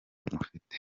mufite